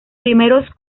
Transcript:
primeros